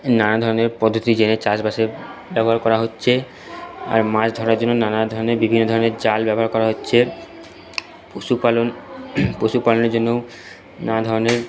নানা ধরণের প্রযুক্তি যে চাষবাসে ব্যবহার করা হচ্ছে আর মাছ ধরার জন্য নানা ধরণের বিভিন্ন ধরণের চাল ব্যবহার করা হচ্ছে পশুপালন পশুপালনের জন্য নানা ধরণের